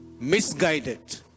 misguided